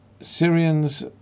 Syrians